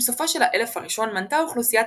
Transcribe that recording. עם סופו של האלף הראשון מנתה אוכלוסיית